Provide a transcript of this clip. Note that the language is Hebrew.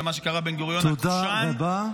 במה שקרא לו בן-גוריון הקושאן -- תודה רבה.